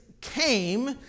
came